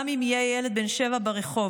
גם אם יהיה ילד בן שבע ברחוב,